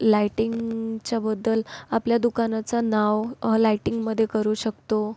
लाईटिंगच्याबद्दल आपल्या दुकानाचं नाव लाईटिंगमध्ये करू शकतो